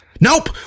Nope